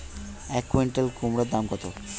এক কুইন্টাল কুমোড় দাম কত?